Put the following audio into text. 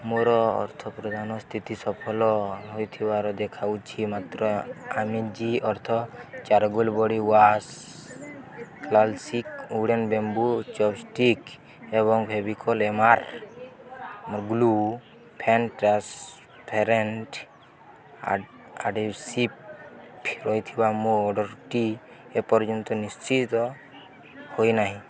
ମୋର ଅର୍ଥପ୍ରଦାନ ସ୍ଥିତି ସଫଲ ହୋଇଥିବାର ଦେଖାଉଛି ମାତ୍ର ଆମେଜି ଅର୍ଥ charcoal body wash classic wooden bamboo chopstick ଏବଂ Fevicol M R glue fan transparent adhesive ରହିଥିବା ମୋ ଅର୍ଡ଼ର୍ଟି ଏପର୍ଯ୍ୟନ୍ତ ନିଶ୍ଚିତ ହୋଇନାହିଁ